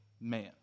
man